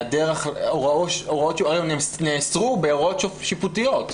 הם נאסרו בהוראות שיפוטיות,